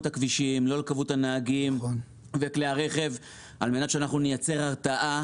הכבישים ולא לכמות הנהגים וכלי הרכב על מנת שנייצר הרתעה